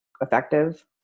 effective